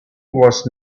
was